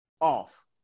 off